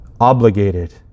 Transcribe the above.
obligated